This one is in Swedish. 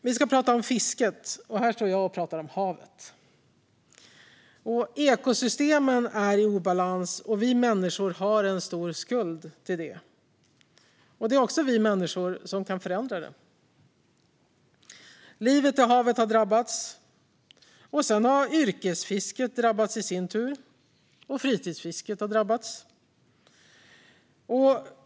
Vi ska prata om fisket, och här står jag och pratar om havet. Ekosystemen är i obalans, och vi människor har en stor skuld till det. Det är också vi människor som kan förändra det. Livet i havet har drabbats. Sedan har yrkesfisket drabbats i sin tur, och fritidsfisket.